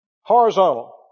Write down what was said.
horizontal